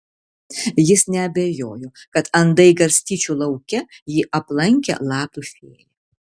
jis neabejojo kad andai garstyčių lauke jį aplankė lapių fėja